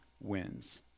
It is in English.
wins